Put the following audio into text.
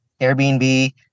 Airbnb